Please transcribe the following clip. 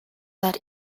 that